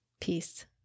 Peace